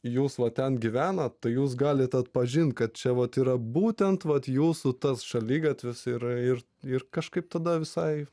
jūs va ten gyvenat tai jūs galit atpažinti kad čia vat yra būtent vat jūsų tas šaligatvis ir ir ir kažkaip tada visai